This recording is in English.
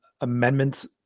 amendments